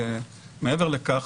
מעבר לכך,